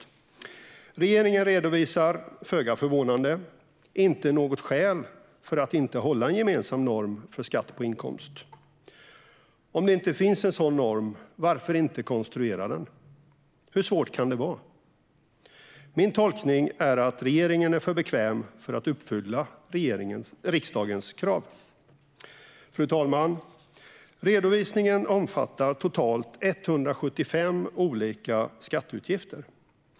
Regeringen redovisar, föga förvånande, inte något skäl för att inte hålla en gemensam norm för skatt på inkomst. Om det inte finns en sådan norm, varför inte konstruera en? Hur svårt kan det vara? Min tolkning är att regeringen är för bekväm för att uppfylla riksdagens krav. Fru talman! Redovisningen omfattar totalt 175 olika skatteutgifter.